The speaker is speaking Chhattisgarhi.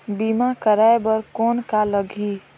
बीमा कराय बर कौन का लगही?